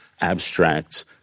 abstract